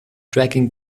dragging